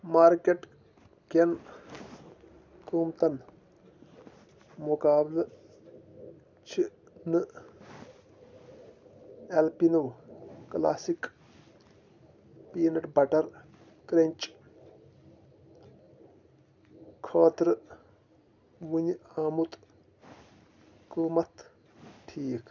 market کٮ۪ن قۭمتن مُقابلہٕ چھِنہٕ Alpino classic peanut butter crunch خٲطرٕ وَننہِ آمُت قۭمَتھ ٹھیٖک